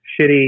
shitty